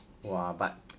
!wah! but